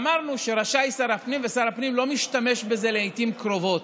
אמרנו שרשאי שר הפנים ושר הפנים לא משתמש בזה לעיתים קרובות,